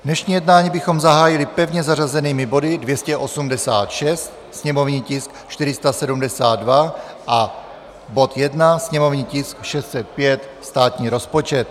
Dnešní jednání bychom zahájili pevně zařazenými body: 286, sněmovní tisk 472, a bod 1, sněmovní tisk 605 státní rozpočet.